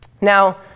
Now